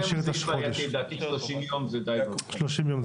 לדעתי 30 ימים זה די והותר.